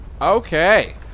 Okay